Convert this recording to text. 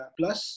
plus